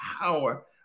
power